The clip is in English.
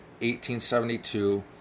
1872